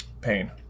pain